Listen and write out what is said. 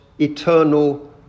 eternal